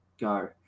go